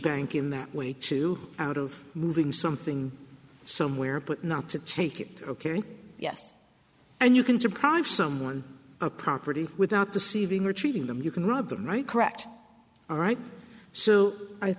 bank in that way to out of moving something somewhere but not to take it or carry yes and you can deprive someone of property without deceiving or treating them you can rub them right correct all right so i